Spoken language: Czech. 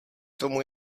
tomu